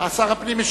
שר הפנים.